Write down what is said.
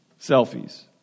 Selfies